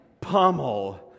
pummel